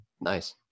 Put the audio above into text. Nice